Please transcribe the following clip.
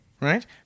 right